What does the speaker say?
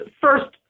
first